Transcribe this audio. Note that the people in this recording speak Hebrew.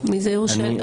מי זה "אם יורשה לי"?